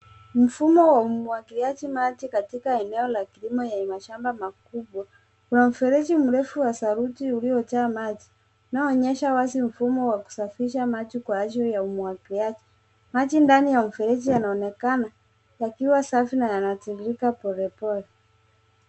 Mfumo wa umwagiliaji maji katika eneo la kilimo yenye mashamba makubwa. Kuna mfereji mrefu wa saruji uliojaa maji unaoonyesha wazi mfumo wa kusafirisha maji kwa ajili ya umwagiliaji. Maji ndani ya mfereji yanaonekana yakiwa safi na yanatiririka polepole.